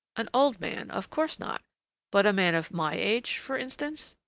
an old man, of course not but a man of my age, for instance?